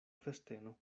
festeno